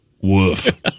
Woof